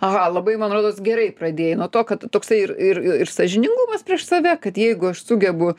aha labai man rodos gerai pradėjai nuo to kad toksai ir ir ir sąžiningumas prieš save kad jeigu aš sugebu